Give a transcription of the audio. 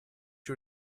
you